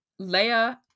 Leia